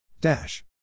Dash